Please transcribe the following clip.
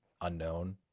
unknown